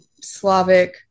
Slavic